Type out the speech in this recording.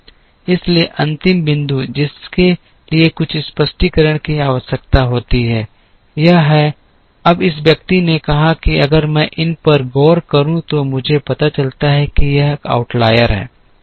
इसलिए अंतिम बिंदु जिसके लिए कुछ स्पष्टीकरण की आवश्यकता होती है यह है अब इस व्यक्ति ने कहा कि अगर मैं इन पर गौर करूं तो मुझे पता चलता है कि यह एक बाहरी है